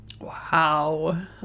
Wow